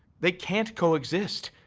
they can't coexist.